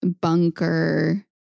bunker